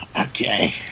Okay